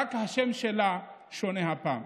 רק השם שלה שונה הפעם.